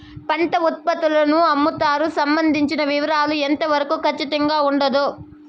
పంట ఉత్పత్తుల అమ్ముతారు సంబంధించిన వివరాలు ఎంత వరకు ఖచ్చితంగా ఉండదు?